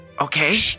Okay